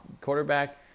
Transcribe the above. quarterback